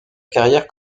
carrière